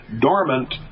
dormant